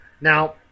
Now